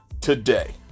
today